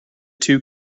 two